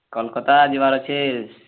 କୋଲକାତା ଯିବାର୍ ଅଛେ